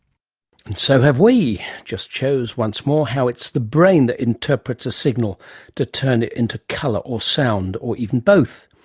and so have we. just shows once more how it's the brain that interprets a signal to turn it into colour or sound, or even both.